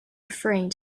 referring